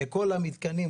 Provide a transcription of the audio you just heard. כל המתקנים,